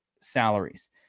salaries